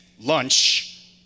lunch